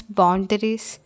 boundaries